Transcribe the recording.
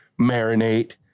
marinate